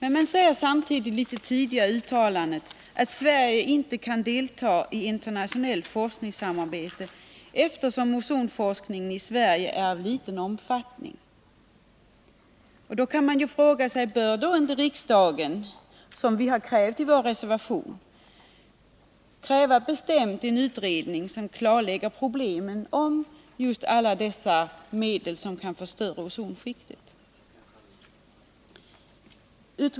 Litet tidigare i utskottsbetänkandet skriver man att Sverige inte kan delta i internationellt forskningssamarbete, eftersom ozonforskningen i Sverige är av liten omfattning. Då kan man fråga sig om riksdagen, som vi har krävt i vår motion, inte bör begära en utredning som klarlägger problemen i samband med alla dessa medel som kan förstöra ozonskiktet.